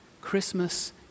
Christmas